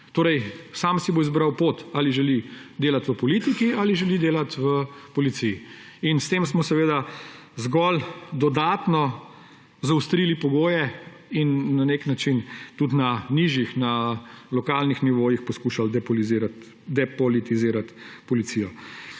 Sam si bo izbral pot, ali želi delati v politiki ali želi delati v policiji. S tem smo zgolj dodatno zaostrili pogoje in na nek način tudi na nižjih, na lokalnih nivojih poskušali depolitizirati policijo.